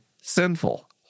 sinful